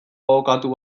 abokatu